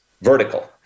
vertical